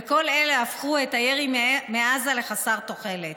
וכל אלה הפכו את הירי מעזה לחסר תוחלת.